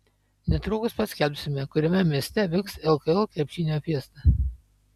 netrukus paskelbsime kuriame mieste vyks lkl krepšinio fiesta